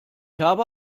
habe